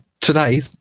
today